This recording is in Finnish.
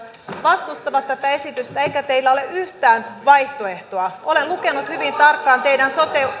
vastustavat tätä esitystä eikä teillä ole yhtään vaihtoehtoa olen lukenut hyvin tarkkaan teidän sote